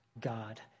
God